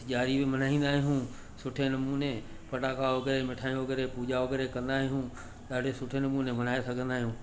त ॾियारी बि मल्हाईंदा आहियूं सुठे नमूने पटाखा वग़ैरह मिठायूं पूॼा वग़ैरह कंदा आहियूं ॾाढे सुठे नमूने मल्हाए सघंदा आहियूं